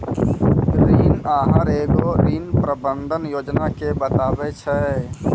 ऋण आहार एगो ऋण प्रबंधन योजना के बताबै छै